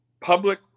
public